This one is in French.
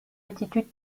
attitude